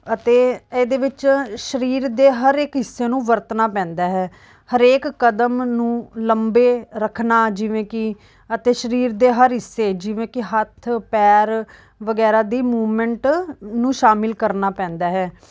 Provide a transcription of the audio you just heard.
ਅਤੇ ਇਹਦੇ ਵਿੱਚ ਸਰੀਰ ਦੇ ਹਰ ਇੱਕ ਹਿੱਸੇ ਨੂੰ ਵਰਤਣਾ ਪੈਂਦਾ ਹੈ ਹਰੇਕ ਕਦਮ ਨੂੰ ਲੰਬੇ ਰੱਖਣਾ ਜਿਵੇਂ ਕਿ ਅਤੇ ਸਰੀਰ ਦੇ ਹਰ ਹਿੱਸੇ ਜਿਵੇਂ ਕਿ ਹੱਥ ਪੈਰ ਵਗੈਰਾ ਦੀ ਮੁਮੈਂਟ ਨੂੰ ਸ਼ਾਮਲ ਕਰਨਾ ਪੈਂਦਾ ਹੈ